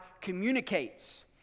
communicates